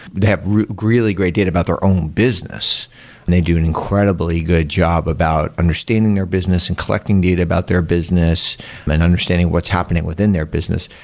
they have really great data about their own business and they do an incredibly good job about understanding their your business and collecting data about their business and understanding what's happening within their business,